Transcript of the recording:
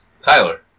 Tyler